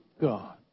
God